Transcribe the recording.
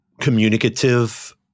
communicative